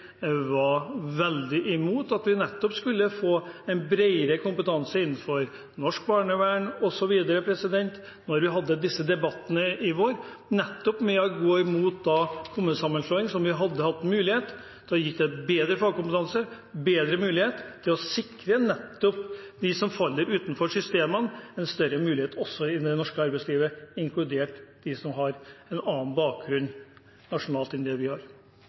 var veldig imot at vi skulle få bredere kompetanse innenfor norsk barnevern osv. da vi hadde disse debattene i vår, og gikk imot kommunesammenslåing. Der hadde vi hatt mulighet til å gi bedre fagkompetanse, bedre muligheter til å sikre dem som faller utenfor systemene, og også større muligheter innen det norske arbeidslivet – inkludert dem som har en annen nasjonal bakgrunn enn det vi